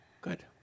Good